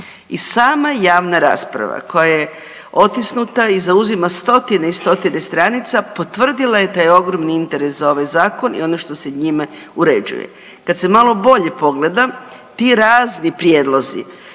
I sama javna rasprava koja je otisnuta i zauzima stotine i stotine stranica potvrdila je da je ogromni interes za ovaj Zakon i ono što se njime uređuje. Kada se malo bolje pogleda ti razni prijedlozi,